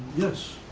yes.